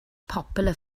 popular